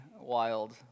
wild